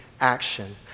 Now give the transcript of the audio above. Action